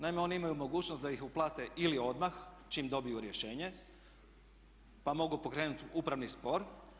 Naime, oni imaju mogućnost da ih uplate ili odmah, čim dobiju rješenje, pa mogu pokrenuti upravni spor.